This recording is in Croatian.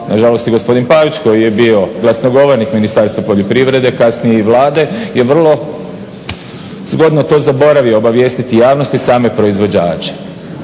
nažalost i gospodin Pavić koji je bio glasnogovornik Ministarstva poljoprivrede, kasnije i Vlade je vrlo zgodno to zaboravio obavijestiti javnost i same proizvođače.